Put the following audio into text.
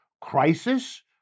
crisis